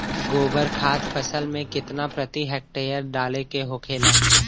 गोबर खाद फसल में कितना प्रति हेक्टेयर डाले के होखेला?